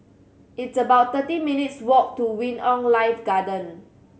it's about thirty minutes' walk to Wing On Life Garden